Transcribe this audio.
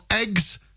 eggs